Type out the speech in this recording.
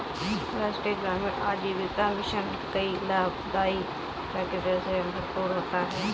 राष्ट्रीय ग्रामीण आजीविका मिशन कई लाभदाई प्रक्रिया से भरपूर होता है